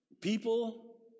people